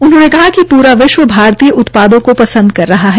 उन्होंने कहा कि प्रा विश्व भारतीय उत्पादों को पंसद कर रहा है